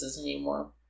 anymore